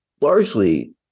largely